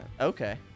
Okay